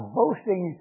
boasting